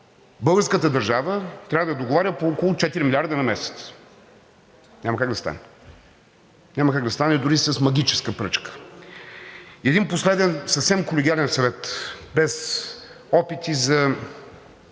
българската държава трябва да договаря по около 4 милиарда на месец. Няма как да стане. Няма как да стане, дори с магическа пръчка. Един последен, съвсем колегиален съвет, без опити за